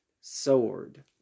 sword